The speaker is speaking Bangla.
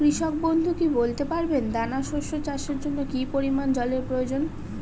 কৃষক বন্ধু কি বলতে পারবেন দানা শস্য চাষের জন্য কি পরিমান জলের প্রয়োজন?